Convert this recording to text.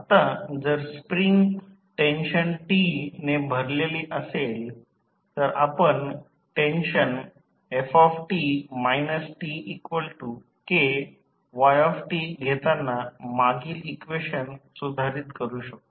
आता जर spring tension T ने भरलेली असेल तर आपण टेन्शन ft TKyt घेताना मागील इक्वेशन सुधारित करू शकतो